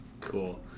Cool